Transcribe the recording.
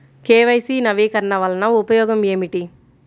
KYC నవీకరణ వలన ఉపయోగం ఏమిటీ?